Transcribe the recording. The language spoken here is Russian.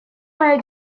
моя